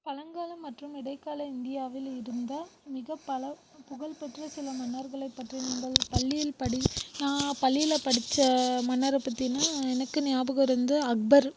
பழங்கால மற்றும் இடைக்கால இந்தியாவில் இருந்த மிக பல புகழ்பெற்ற சில மன்னர்களை பற்றி உங்கள் பள்ளியில் படி நான் பள்ளியில் படிச்ச மன்னரை பற்றின்னா எனக்கு ஞாபகம் இருந்து அக்பர்